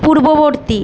পূর্ববর্তী